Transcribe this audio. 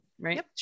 right